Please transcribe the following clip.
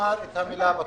תאמר בו מילה.